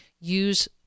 use